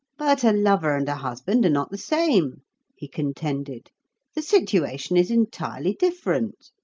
but a lover and a husband are not the same he contended the situation is entirely different.